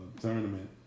tournament